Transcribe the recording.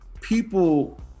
people